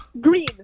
Green